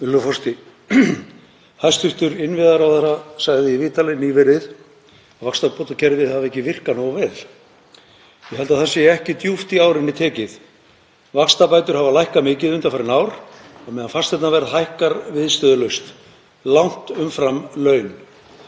forseti. Hæstv. innviðaráðherra sagði í viðtali nýverið að vaxtabótakerfið hefði ekki virkað nógu vel. Ég held að það sé ekki djúpt í árinni tekið. Vaxtabætur hafa lækkað mikið undanfarin ár á meðan fasteignaverð hækkar viðstöðulaust langt umfram laun.